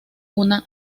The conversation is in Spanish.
una